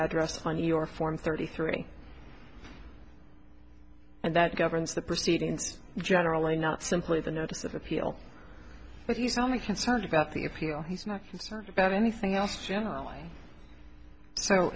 address on your form thirty three and that governs the proceedings generally not simply the notice of appeal but you so much concerned about the appeal he's not concerned about anything else generally so